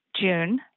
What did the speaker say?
June